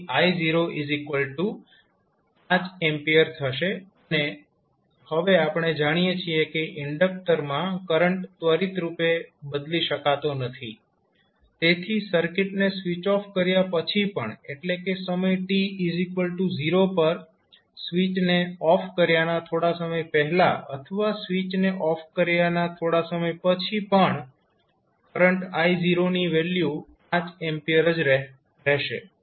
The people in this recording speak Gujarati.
તેથી I0 5 A થશે અને હવે આપણે જાણીએ છીએ કે ઇન્ડક્ટરમાં કરંટ ત્વરિતરૂપે બદલી શકાતો નથી તેથી સર્કિટને સ્વીચ ઓફ કર્યા પછી પણ એટલે કે સમય t0 પર સ્વિચને ઓફ કર્યાના થોડા સમય પહેલા અથવા સ્વિચને ઓફ કર્યાના થોડા સમય પછી પણ કરંટ I0 ની વેલ્યુ 5 A હશે